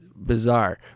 bizarre